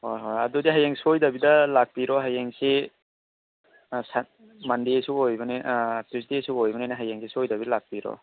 ꯍꯣꯏ ꯍꯣꯏ ꯑꯗꯨꯗꯤ ꯍꯌꯦꯡ ꯁꯣꯏꯗꯕꯤꯗ ꯂꯥꯛꯄꯤꯔꯣ ꯍꯌꯦꯡꯁꯤ ꯃꯣꯟꯗꯦꯁꯨ ꯑꯣꯏꯕꯅꯤ ꯇꯨꯁꯗꯦꯁꯨ ꯑꯣꯏꯕꯅꯤꯅ ꯍꯌꯦꯡꯁꯦ ꯁꯣꯏꯗꯕꯤ ꯂꯥꯛꯄꯤꯔꯣ